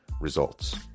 results